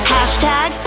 Hashtag